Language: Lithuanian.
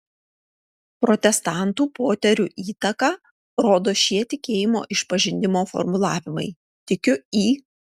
protestantų poterių įtaką rodo šie tikėjimo išpažinimo formulavimai tikiu į